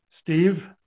Steve